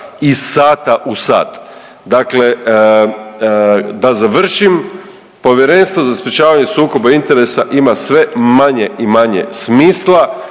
iz sata u sat. Dakle, da završim. Povjerenstvo za sprječavanje sukoba interesa ima sve manje i manje smisla